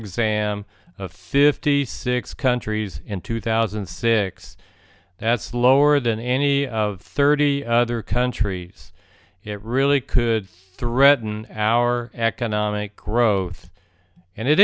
exam fifty six countries in two thousand and six that's lower than any of thirty other countries it really could threaten our economic growth and it